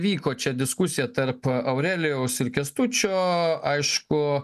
vyko čia diskusija tarp aurelijaus ir kęstučio aišku